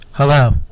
Hello